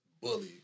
bully